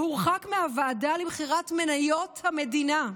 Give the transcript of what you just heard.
שהורחק מהוועדה למכירת מניות המדינה.